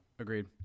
Agreed